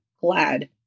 glad